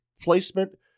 placement